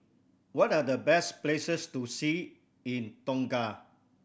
what are the best places to see in Tonga